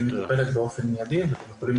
היא מטופלת באופן מיידי ואתם יכולים לבדוק את זה.